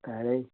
ऐ नी